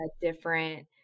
different